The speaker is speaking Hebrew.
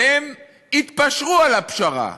והם התפשרו על הפשרה,